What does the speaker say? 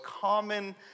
common